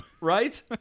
Right